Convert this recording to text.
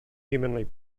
humanly